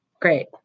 great